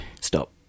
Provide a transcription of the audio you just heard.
Stop